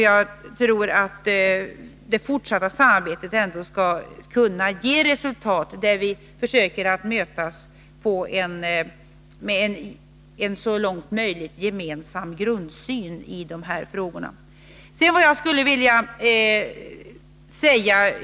Jag tror att det fortsatta samarbetet, med en så långt möjligt gemensam grundsyn i de här frågorna, ändå skall kunna ge resultat.